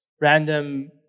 random